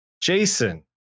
Jason